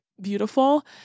beautiful